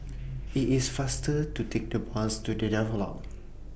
IT IS faster to Take The Bus to The Daulat